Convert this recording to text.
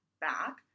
back